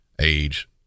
age